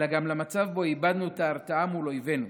אלא גם למצב שבו איבדנו את ההרתעה מול אויבינו.